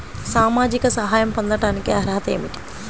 సామాజిక సహాయం పొందటానికి అర్హత ఏమిటి?